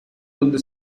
donde